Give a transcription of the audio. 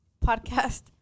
podcast